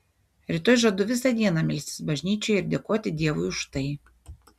rytoj žadu visą dieną melstis bažnyčioje ir dėkoti dievui už tai